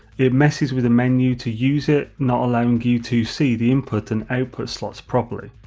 it messes with the menu to use it not allowing you to see the input and output slots properly.